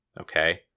okay